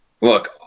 Look